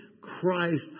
Christ